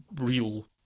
real